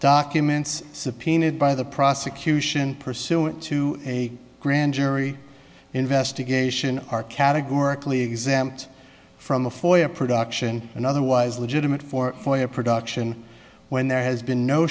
documents subpoenaed by the prosecution pursuant to a grand jury investigation are categorically exempt from the foyer production and otherwise legitimate for oil production when there has been no